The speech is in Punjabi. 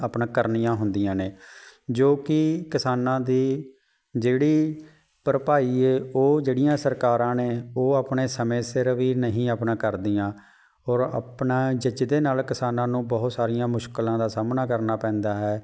ਆਪਣਾ ਕਰਨੀਆਂ ਹੁੰਦੀਆਂ ਨੇ ਜੋ ਕਿ ਕਿਸਾਨਾਂ ਦੀ ਜਿਹੜੀ ਭਰਪਾਈ ਹੈ ਉਹ ਜਿਹੜੀਆਂ ਸਰਕਾਰਾਂ ਨੇ ਉਹ ਆਪਣੇ ਸਮੇਂ ਸਿਰ ਵੀ ਨਹੀਂ ਆਪਣਾ ਕਰਦੀਆਂ ਔਰ ਆਪਣਾ ਜਾਂ ਜਿਸਦੇ ਨਾਲ ਕਿਸਾਨਾਂ ਨੂੰ ਬਹੁਤ ਸਾਰੀਆਂ ਮੁਸ਼ਕਿਲਾਂ ਦਾ ਸਾਹਮਣਾ ਕਰਨਾ ਪੈਂਦਾ ਹੈ